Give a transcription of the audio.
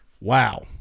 Wow